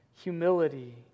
humility